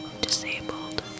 Disabled